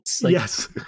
Yes